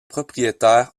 propriétaire